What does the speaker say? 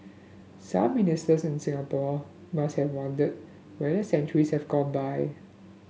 some Ministers in Singapore must have wondered where centuries have gone by